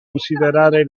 considerare